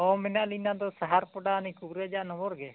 ᱦᱮᱸ ᱢᱮᱱᱟᱜ ᱞᱤᱧ ᱱᱚᱣᱟ ᱫᱚ ᱥᱟᱦᱟᱨ ᱯᱳᱰᱟ ᱱᱩᱭ ᱠᱚᱵᱤᱨᱟᱡᱽ ᱟᱜ ᱱᱚᱢᱵᱚᱨ ᱜᱮ